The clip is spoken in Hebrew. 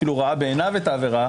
אפילו ראה בעיניו את העבירה,